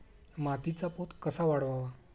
मातीचा पोत कसा वाढवावा?